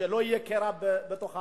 שלא יהיה קרע בעם.